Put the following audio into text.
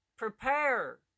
Prepare